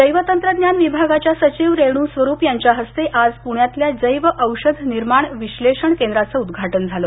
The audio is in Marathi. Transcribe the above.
जैवतंत्रज्ञान विभागाच्या सचिव रेणू स्वरुप यांच्या हस्ते आज पुण्यातल्या जैव औषध निर्माण विश्लेषण केंद्राचं उद्घाटन झालं